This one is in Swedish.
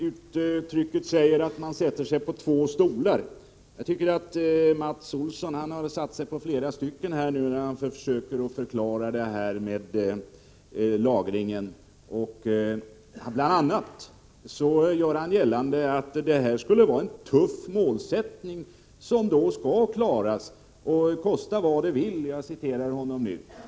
Ett talesätt är att man sätter sig på två stolar. Jag tycker att Mats Olsson har satt sig på flera stolar när han nu försöker förklara detta med lagringen. Han gör bl.a. gällande att det här skulle vara en tuff målsättning som skall klaras, kosta vad det kosta vill.